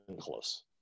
close